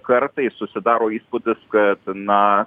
kartais susidaro įspūdis kad na